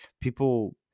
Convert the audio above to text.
people